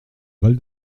val